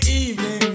evening